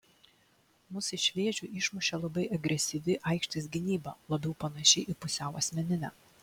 mus iš vėžių išmušė labai agresyvi aikštės gynyba labiau panaši į pusiau asmeninę